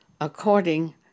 according